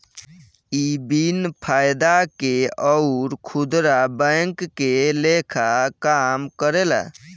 इ बिन फायदा के अउर खुदरा बैंक के लेखा काम करेला